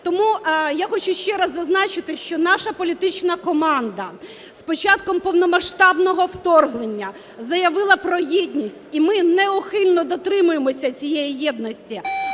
Тому я хочу ще раз зазначити, що наша політична команда з початком повномасштабного вторгнення заявила про єдність, і ми неухильно дотримуємося цієї єдності.